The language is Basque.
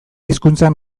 hizkuntzan